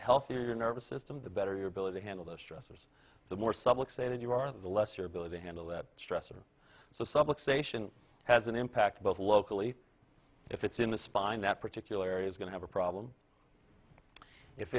healthier your nervous system the better your ability to handle the stressors the more supple excited you are the less your ability to handle that stressor so suck station has an impact both locally if it's in the spine that particular area is going to have a problem if